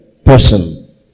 Person